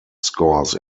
scores